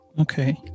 Okay